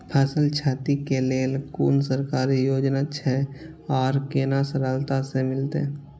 फसल छति के लेल कुन सरकारी योजना छै आर केना सरलता से मिलते?